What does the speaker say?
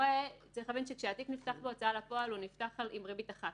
צריך להבין שכאשר התיק נפתח בהוצאה לפועל הוא נפתח עם ריבית אחת,